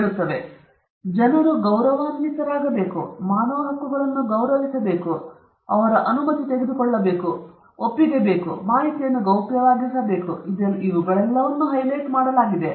ಆದ್ದರಿಂದ ಜನರು ಗೌರವಾನ್ವಿತರಾಗಬೇಕು ಅವರ ಮಾನವ ಹಕ್ಕುಗಳನ್ನು ಗೌರವಿಸಬೇಕು ಅವರ ಅನುಮತಿ ತೆಗೆದುಕೊಳ್ಳಬೇಕು ಅವರ ಒಪ್ಪಿಗೆಯನ್ನು ತೆಗೆದುಕೊಳ್ಳಬೇಕು ಅವರ ಮಾಹಿತಿಯನ್ನು ಗೌಪ್ಯವಾಗಿರಿಸಿಕೊಳ್ಳಬೇಕು ಇವುಗಳೆಲ್ಲವನ್ನೂ ಹೈಲೈಟ್ ಮಾಡಲಾಗಿದೆ